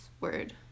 word